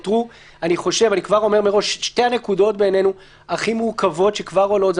אני כבר אומר מראש: שתי הנקודות בינינו הכי מורכבות שכבר עולות זה